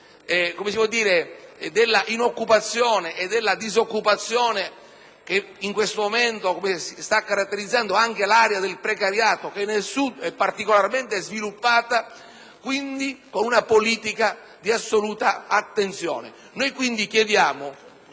i meccanismi della inoccupazione e della disoccupazione che in questo momento stanno caratterizzando anche l'area del precariato, che nel Sud è particolarmente sviluppata, quindi con una politica di assoluta attenzione.